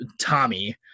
Tommy